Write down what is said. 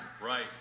Right